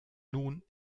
nun